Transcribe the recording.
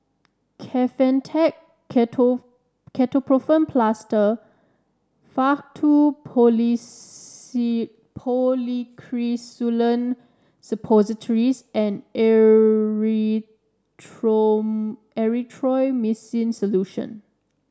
Kefentech Ketoprofen Plaster Faktu Policresulen Suppositories and Erythroymycin Solution